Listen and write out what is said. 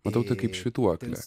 matau tai kaip švytuoklę